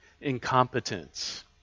incompetence